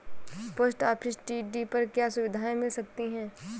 Post office TD पर क्या सुविधाएँ मिल सकती है?